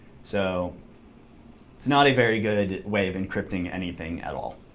so it's not a very good way of encrypting anything at all.